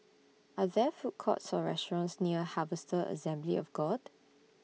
Are There Food Courts Or restaurants near Harvester Assembly of God